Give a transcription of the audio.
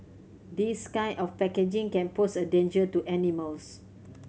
this kind of packaging can pose a danger to animals